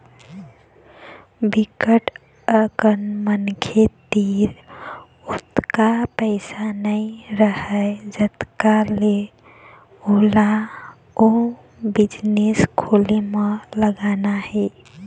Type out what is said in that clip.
बिकट अकन मनखे तीर ओतका पइसा नइ रहय जतका के ओला ओ बिजनेस खोले म लगाना हे